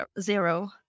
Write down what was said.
zero